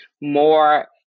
more